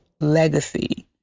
legacy